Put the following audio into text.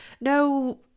no